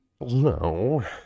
No